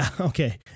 okay